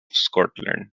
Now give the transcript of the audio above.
scotland